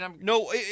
no